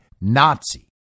Nazi